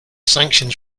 sanctions